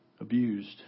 abused